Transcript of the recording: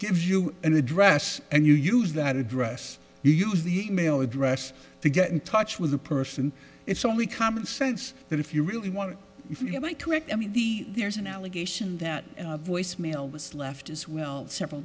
gives you an address and you use that address you use the e mail address to get in touch with the person it's only common sense that if you really want to if you want to act i mean the there's an allegation that voicemail was left as well several